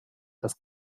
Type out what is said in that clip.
das